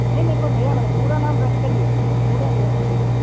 नहीं नहीं एक दम नया रखा पुराना हम रखते नहीं भय्या पूरा नया है